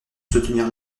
soutenir